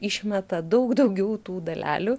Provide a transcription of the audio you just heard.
išmeta daug daugiau tų dalelių